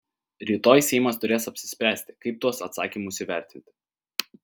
rytoj seimas turės apsispręsti kaip tuos atsakymus įvertinti